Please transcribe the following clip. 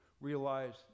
realize